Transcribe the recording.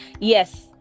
Yes